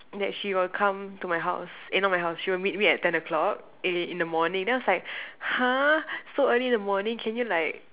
that she will come to my house eh not my house she will meet me at ten o clock in in the morning then I was like !huh! so early in the morning can you like